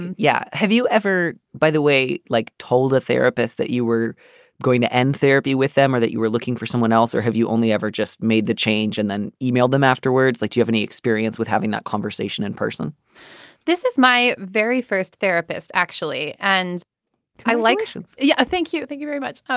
and yeah. have you ever by the way like told a therapist that you were going to end therapy with them or that you were looking for someone else or have you only ever just made the change and then emailed them afterwards like you have any experience with having that conversation in person this is my very first therapist actually and i like to. yeah thank you. thank you very much. much.